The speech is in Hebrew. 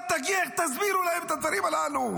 איך תסבירו להם את הדברים הללו?